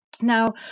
now